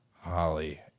Holly